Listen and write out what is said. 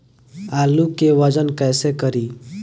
आलू के वजन कैसे करी?